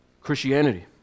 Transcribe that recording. Christianity